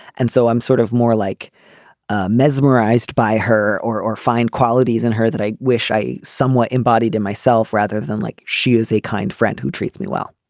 and so i'm sort of more like ah mesmerized by her or or find qualities in her that i wish i somewhat embody to myself rather than like she is a kind friend who treats me well.